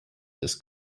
this